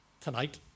tonight